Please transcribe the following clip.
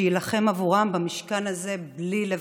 שיילחם בעבורם במשכן הזה בלי לוותר.